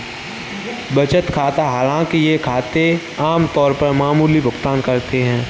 बचत खाता हालांकि ये खाते आम तौर पर मामूली भुगतान करते है